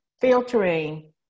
filtering